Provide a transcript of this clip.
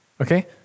okay